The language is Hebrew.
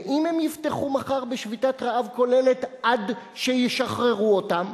ואם הם יפתחו מחר בשביתת רעב כוללת עד שישחררו אותם,